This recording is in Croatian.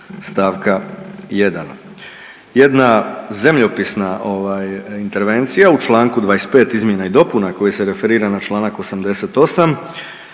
stavka 1. Jedna zemljopisna intervencija u članku 25. izmjena i dopuna koji se referira na članak 88.